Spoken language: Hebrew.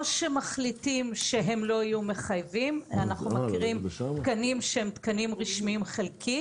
או שמחליטים שהם לא יהיו מחייבים אנחנו מכירים תקנים רשמיים חלקית